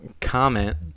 comment